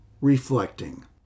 reflecting